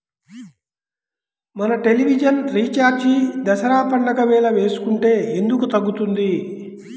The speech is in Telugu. మన టెలివిజన్ రీఛార్జి దసరా పండగ వేళ వేసుకుంటే ఎందుకు తగ్గుతుంది?